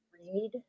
read